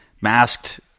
masked